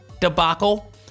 debacle